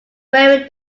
wearing